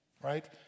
right